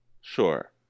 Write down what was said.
Sure